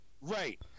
Right